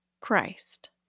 Christ